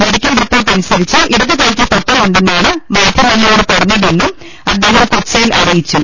medical report അനുസരിച്ച് ഇടതു കൈയ്ക്ക് പൊട്ടലുണ്ടെ ന്നാണ് മാധ്യമങ്ങളോട് പറഞ്ഞതെന്നും അദ്ദേഹം കൊച്ചിയിൽ അറിയി ച്ചു